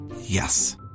yes